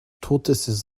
tortoises